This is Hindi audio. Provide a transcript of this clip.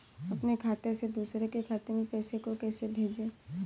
अपने खाते से दूसरे के खाते में पैसे को कैसे भेजे?